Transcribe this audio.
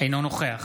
אינו נוכח